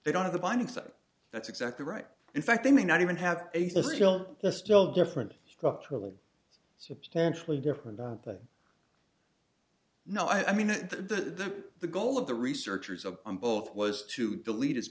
they don't have the binding so that's exactly right in fact they may not even have a still they're still different structurally substantially different but no i mean the the goal of the researchers of both was to delete as